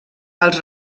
els